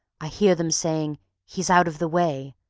i hear them saying he's out of the way!